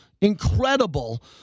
Incredible